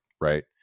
Right